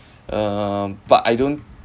uh but I don't